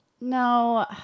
No